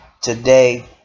Today